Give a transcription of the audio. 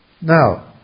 Now